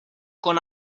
con